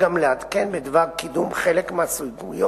אשמח גם לעדכן בדבר קידום חלק מהסוגיות